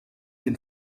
den